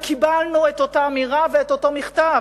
קיבלנו את אותה אמירה ואת אותו מכתב